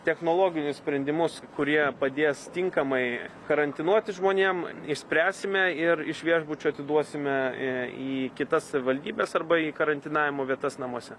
technologinius sprendimus kurie padės tinkamai karantinuoti žmonėm išspręsime ir iš viešbučio atiduosime į kitas savivaldybes arba į karantinavimo vietas namuose